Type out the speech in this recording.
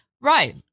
Right